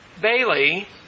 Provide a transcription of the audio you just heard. Bailey